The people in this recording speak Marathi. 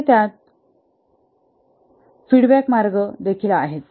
शिवाय त्यात फीडबॅक मार्ग देखील आहेत